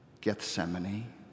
Gethsemane